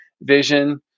vision